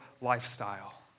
lifestyle